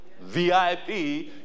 VIP